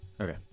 Okay